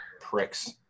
Pricks